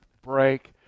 break